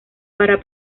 para